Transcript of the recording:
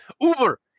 Uber